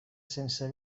sense